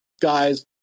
guys